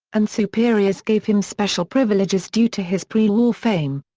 and superiors gave him special privileges due to his prewar fame.